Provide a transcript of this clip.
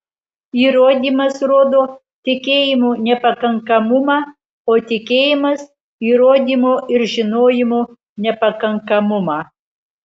įrodymas rodo tikėjimo nepakankamumą o tikėjimas įrodymo ir žinojimo nepakankamumą